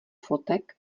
fotek